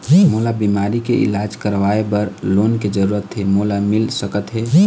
मोला बीमारी के इलाज करवाए बर लोन के जरूरत हे मोला मिल सकत हे का?